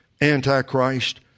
Antichrist